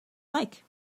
like